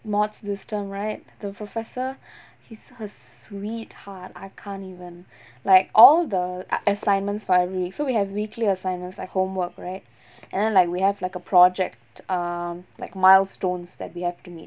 modules this term right the professor he's a sweet heart I can't even like all the err assignments for every week so we have weekly assignments like homework right and then like we have like a project um like milestones that we have to meet